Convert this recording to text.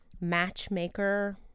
matchmaker